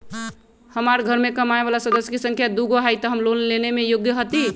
हमार घर मैं कमाए वाला सदस्य की संख्या दुगो हाई त हम लोन लेने में योग्य हती?